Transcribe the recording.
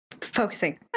focusing